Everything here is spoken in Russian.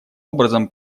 образом